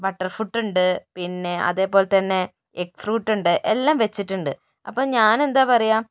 butter fruit ഉണ്ട് പിന്നെ അതേപോലെതന്നെ എഗ്ഗ് ഫ്രൂട്ട് ഉണ്ട് എല്ലാം വച്ചിട്ടുണ്ട് അപ്പോൾ ഞാൻ എന്താ പറയുക